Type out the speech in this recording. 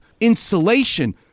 insulation